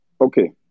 Okay